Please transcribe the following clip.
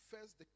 first